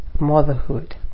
motherhood